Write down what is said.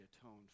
atoned